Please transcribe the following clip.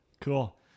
Cool